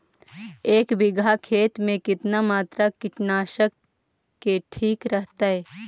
एक बीघा खेत में कितना मात्रा कीटनाशक के ठिक रहतय?